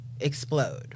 explode